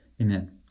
Amen